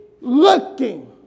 looking